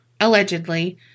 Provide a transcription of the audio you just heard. allegedly